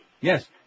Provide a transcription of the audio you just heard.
Yes